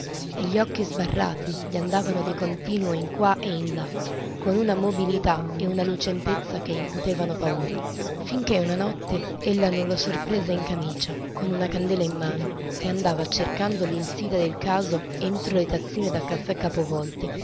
e gli occhi sbarrati gli andavano di continuo in qua e in là con una mobilità e una lucentezza che incutevano paura finché una notte ella non lo sorprese in camicia con una candela in mano che andava cercando l'insidia del caso entro le tazzine da caffè capovolte